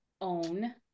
own